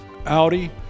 Audi